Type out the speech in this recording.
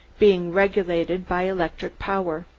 being regulated by electric power.